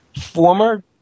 former